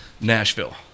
nashville